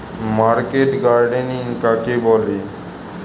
Market gardening কাকে বলে?